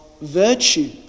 virtue